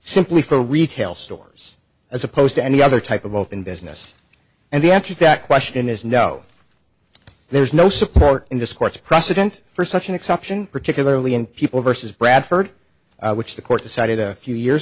simply for retail stores as opposed to any other type of open business and the answer to that question is no there's no support in this court's precedent for such an exception particularly in people versus bradford which the court decided a few years